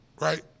Right